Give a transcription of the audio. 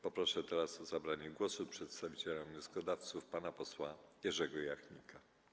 Poproszę teraz o zabranie głosu przedstawiciela wnioskodawców pana posła Jerzego Jachnika.